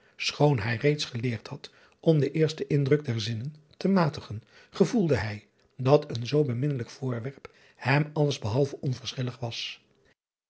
schoon hij reeds geleerd had om den eersten indruk der zinnen te matigen gevoelde hij dat een zoo beminnelijk voorwerp hem alles behalve onverschillig was